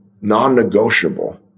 non-negotiable